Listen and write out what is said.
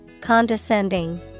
Condescending